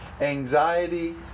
anxiety